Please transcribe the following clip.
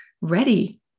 ready